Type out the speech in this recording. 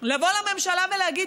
לבוא לממשלה ולומר: